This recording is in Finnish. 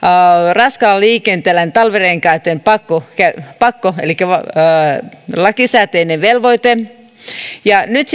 raskaalla liikenteellä talvirenkaitten pakko pakko elikkä lakisääteinen velvoite ja nyt